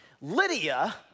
Lydia